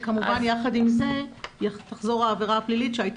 וכמובן יחד עם זה תחזור העבירה הפלילית שהייתה